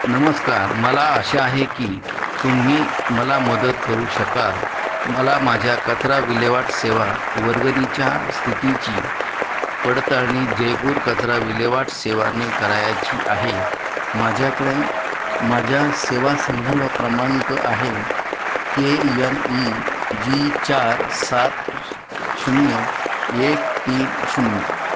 नमस्कार मला अशा आहे की तुम्ही मला मदत करू शकाल मला माझ्या कचरा विल्हेवाट सेवा वर्गणीच्या स्थितीची पडताळणी जयपूर कचरा विल्हेवाट सेवेने करायची आहे माझ्याकडे माझ्या सेवा संदर्भ क्रमांक आहे के यन ई जी चार सात शून्य एक तीन शून्य